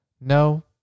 No